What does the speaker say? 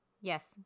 Yes